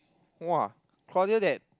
!wah! Claudia that